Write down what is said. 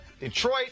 Detroit